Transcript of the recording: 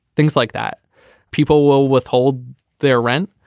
things like that people will withhold their rent.